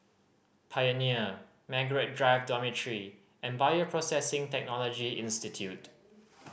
Pioneer Margaret Drive Dormitory and Bioprocessing Technology Institute